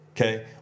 Okay